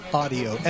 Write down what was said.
audio